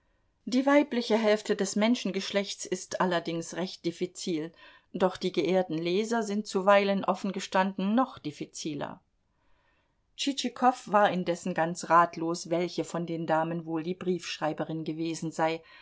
die weibliche hälfte des menschengeschlechts ist allerdings recht diffizil doch die geehrten leser sind zuweilen offen gestanden noch diffiziler tschitschikow war indessen ganz ratlos welche von den damen wohl die briefschreiberin gewesen sei